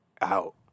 out